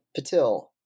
Patil